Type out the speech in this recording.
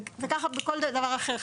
וככה בכל דבר אחר,